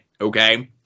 Okay